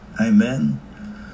Amen